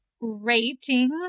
Rating